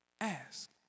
Ask